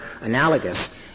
analogous